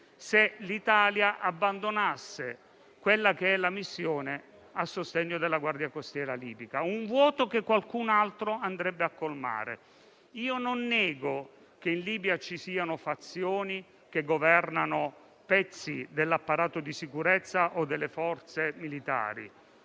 se l'Italia abbandonasse la missione a sostegno della guardia costiera libica: qualcun altro andrebbe a colmare quel vuoto. Non nego che in Libia ci siano fazioni che governano pezzi dell'apparato di sicurezza o delle forze militari,